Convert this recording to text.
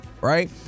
right